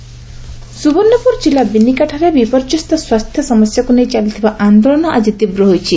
ବିନିକା ବନ୍ଦ ସୁବର୍ଣ୍ଣପୁର କିଲ୍ଲୁ ବିନିକାଠାରେ ବିପର୍ଯ୍ୟସ୍ତ ସ୍ୱାସ୍ଛ୍ୟ ସମସ୍ୟାକୁ ନେଇ ଚାଲିଥିବା ଆନ୍ଦୋଳନ ଆକି ତୀବ୍ ହୋଇଛି